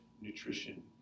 nutrition